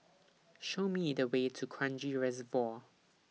Show Me The Way to Kranji Reservoir